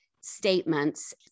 statements